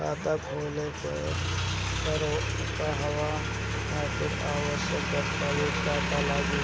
खाता खोले के कहवा खातिर आवश्यक दस्तावेज का का लगी?